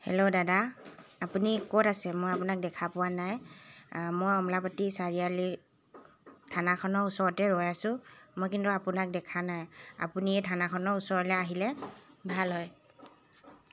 hello দাদা আপুনি ক'ত আছে মই আপোনাক দেখা পোৱা নাই মই আমোলাপট্টি চাৰিআালি থানাখনৰ ওচৰতে ৰৈ আছোঁ মই কিন্তু আপোনাক দেখা নাই আপুনি এই থানাখনৰ ওচৰলৈ আহিলে ভাল হয়